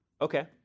Okay